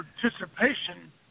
participation